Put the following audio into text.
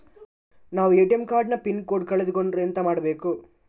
ನಾವು ATM card ನ pin code ಕಳೆದು ಕೊಂಡ್ರೆ ಎಂತ ಮಾಡ್ಬೇಕು?